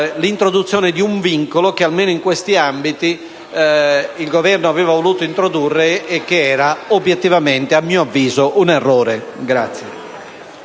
Grazie.